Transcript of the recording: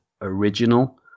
original